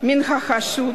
מן החשוד